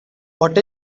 what